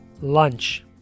Lunch